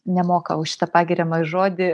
nemoka už šitą pagiriamąjį žodį